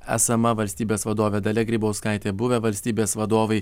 esama valstybės vadovė dalia grybauskaitė buvę valstybės vadovai